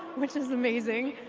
which is amazing.